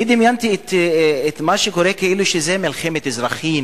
אני דמיינתי את מה שקורה כאילו זה מלחמת אזרחים,